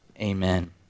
amen